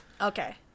okay